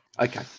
Okay